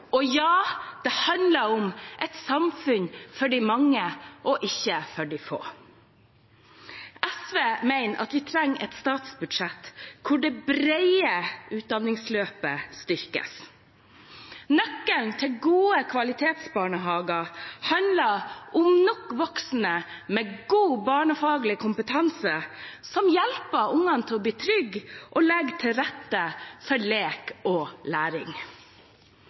og ja, det handler om et samfunn for de mange og ikke for de få. SV mener at vi trenger et statsbudsjett hvor det brede utdanningsløpet styrkes. Nøkkelen til gode kvalitetsbarnehager handler om nok voksne med god barnefaglig kompetanse som hjelper ungene til å bli trygge, og som legger til rette for lek og læring.